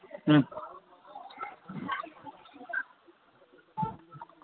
હં